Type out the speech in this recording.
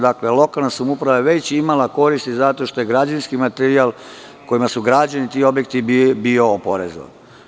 Dakle, lokalna samouprava je već imala koristi, zato što je građevinski materijal, kojima su građeni ti objekti bio oporezovan.